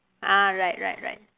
ah right right right